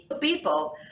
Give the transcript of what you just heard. people